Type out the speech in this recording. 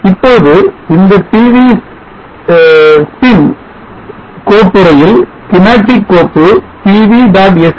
இப்போது இந்த pv sim கோப்புறையில் schematic கோப்பு pv